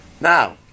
Now